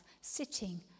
sitting